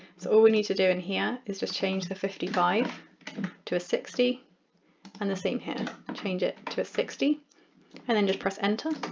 so all we need to do in here is just change the fifty five to a sixty and the same here change it to a sixty and then just press enter.